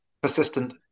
persistent